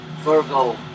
Virgo